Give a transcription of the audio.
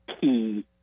key